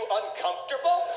uncomfortable